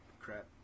crap